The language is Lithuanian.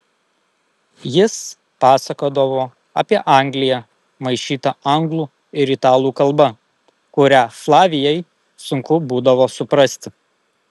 jis pasakodavo apie angliją maišyta anglų ir italų kalba kurią flavijai sunku būdavo suprasti